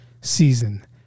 season